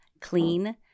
clean